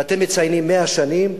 ואתם מציינים 100 שנים.